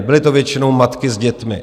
Byly to většinou matky s dětmi.